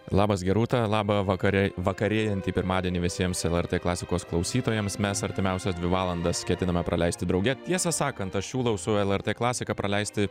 labas gerūta laba vakare vakarėjantį pirmadienį visiems lrt klasikos klausytojams mes artimiausias dvi valandas ketiname praleisti drauge tiesą sakant aš siūlau su lrt klasika praleisti